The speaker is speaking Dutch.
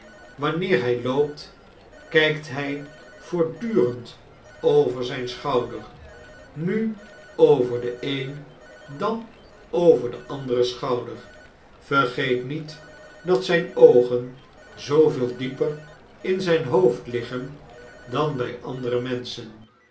wanneer hij loopt kijkt hij voortdurend over zijn schouder nu over den een dan over den anderen schouder vergeet niet dat zijne oogen zooveel dieper in zijn hoofd liggen dan bij andere menschen